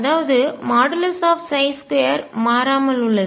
அதாவது 2 மாறாமல் உள்ளது